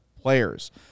players